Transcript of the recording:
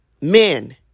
Men